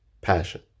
Passion